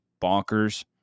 bonkers